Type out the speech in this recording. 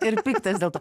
ir piktas dėl to